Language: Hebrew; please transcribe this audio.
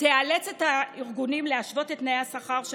תיאלץ את הארגונים להשוות את תנאי השכר של